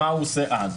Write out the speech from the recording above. מה הוא עושה אז?